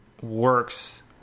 works